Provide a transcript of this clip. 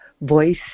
voice